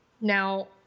Now